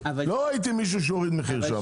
לא ראיתי מישהו שהוריד מחיר.